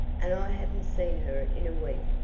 and i haven't seen her in a week.